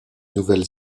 nouvelle